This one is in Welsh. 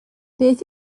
beth